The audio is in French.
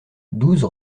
douze